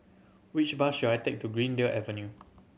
which bus should I take to Greendale Avenue